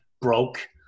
broke